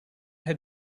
had